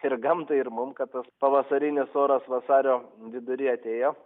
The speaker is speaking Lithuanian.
ir gamtai ir mum kad tas pavasarinis oras vasario vidury atėjo